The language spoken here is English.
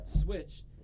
switch